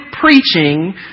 preaching